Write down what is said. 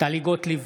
טלי גוטליב,